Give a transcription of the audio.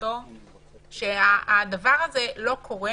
נציגתו שהדבר הזה לא קורה